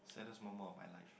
saddest moment of my life